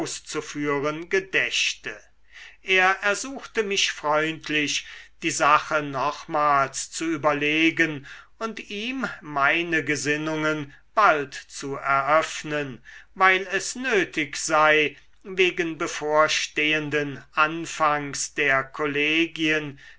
auszuführen gedächte er ersuchte mich freundlich die sache nochmals zu überlegen und ihm meine gesinnungen bald zu eröffnen weil es nötig sei wegen bevorstehenden anfangs der kollegien